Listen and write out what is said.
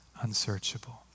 unsearchable